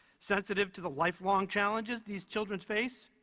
sensitive to the lifelong challenges these children face,